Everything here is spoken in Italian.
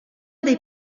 dei